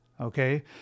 okay